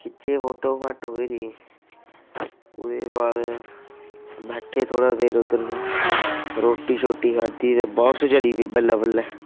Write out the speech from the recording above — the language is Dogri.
खिच्चे फोटो फाटो भिरी ओह्दे बाद बैठे थोह्ड़ा देर उद्धर रोटी शोटी खाद्धी ते बापस चली पे बल्लें बल्लें